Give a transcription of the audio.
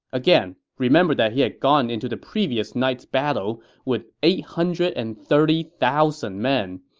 again, remember that he had gone into the previous night's battle with eight hundred and thirty thousand men.